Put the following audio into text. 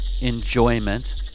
enjoyment